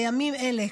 בימים אלה,